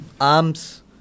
arms